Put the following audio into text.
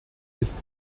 ist